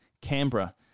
Canberra